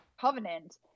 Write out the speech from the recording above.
Covenant